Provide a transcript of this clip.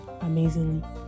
amazingly